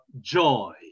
joy